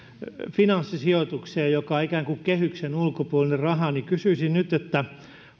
finanssisijoitukseen joka on ikään kuin kehyksen ulkopuolinen raha kysyisin nyt